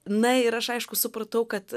na ir aš aišku supratau kad